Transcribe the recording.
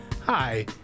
hi